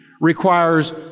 requires